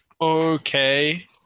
Okay